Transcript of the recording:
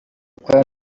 ukora